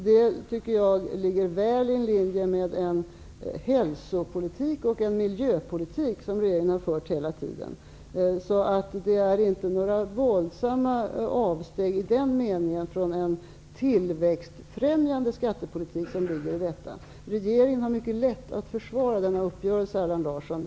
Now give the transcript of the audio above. Jag tycker det ligger väl i linje med den hälso och miljöpolitik som regeringen har fört hela tiden. I den meningen är det inte några våldsamma avsteg från en tillväxtfrämjande skattepolitik. Regeringen har mycket lätt att försvara denna uppgörelse, Allan Larsson.